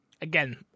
again